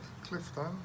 clifton